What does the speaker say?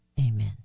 Amen